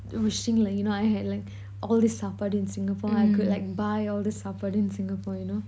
wishing like you know I had like all these supper in singapore I could like buy all these supper in singapore you know